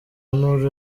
nuri